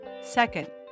Second